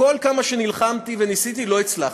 כל כמה שנלחמתי וניסיתי, לא הצלחתי.